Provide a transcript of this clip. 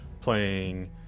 playing